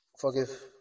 forgive